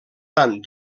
tant